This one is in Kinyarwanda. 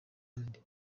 wundi